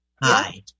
Hi